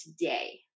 today